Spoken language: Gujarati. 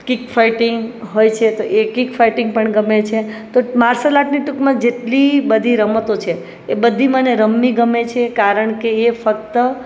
કિક ફાઇટિંગ હોય છે તો એ કિક ફાઈટિંગ પણ ગમે છે તો માર્સલ આર્ટની ટૂંકમાં જેટલી બધી રમતો છે એ બધી મને રમવી ગમે છે કારણકે એ ફક્ત